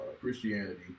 Christianity